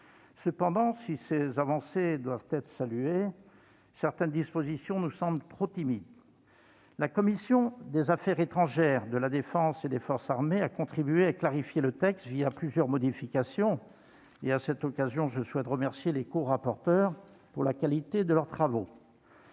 Cependant, si ces avancées doivent être saluées, certaines dispositions nous semblent trop timides. La commission des affaires étrangères, de la défense et des forces armées a contribué à clarifier le texte, plusieurs modifications, et, à cette occasion, je souhaite remercier les corapporteurs de la qualité de leurs travaux.